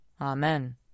Amen